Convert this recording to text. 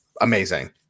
amazing